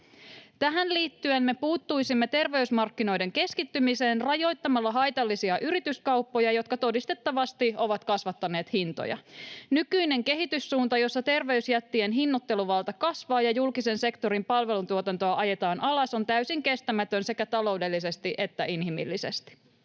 Tähän liittyen me puuttuisimme terveysmarkkinoiden keskittymiseen rajoittamalla haitallisia yrityskauppoja, jotka todistettavasti ovat kasvattaneet hintoja. Nykyinen kehityssuunta, jossa terveysjättien hinnoitteluvalta kasvaa ja julkisen sektorin palvelutuotantoa ajetaan alas, on täysin kestämätön sekä taloudellisesti että inhimillisesti.